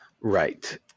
right